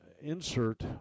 insert